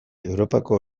europako